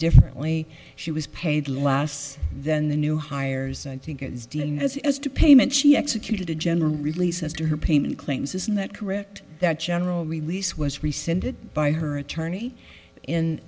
differently she was paid less than the new hires as as to payment she executed a general release as to her payment claims is not correct that general release was rescinded by her attorney